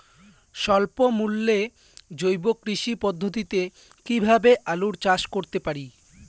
স্বল্প মূল্যে জৈব কৃষি পদ্ধতিতে কীভাবে আলুর চাষ করতে পারি?